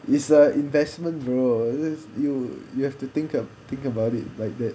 it's a investment bro you you have to think ab~ think about it like that